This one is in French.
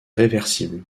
réversible